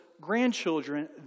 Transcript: grandchildren